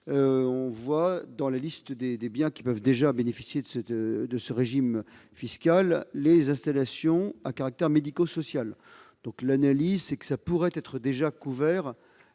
cite, parmi la liste des biens qui peuvent déjà bénéficier de ce régime fiscal, les installations à caractère médico-social. Notre analyse, c'est que cela pourrait être déjà couvert